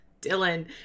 Dylan